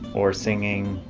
or singing.